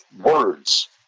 words